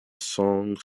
songs